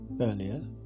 earlier